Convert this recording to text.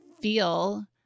feel